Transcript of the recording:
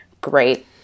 great